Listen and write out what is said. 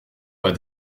pas